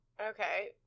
Okay